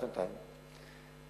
שנתיים,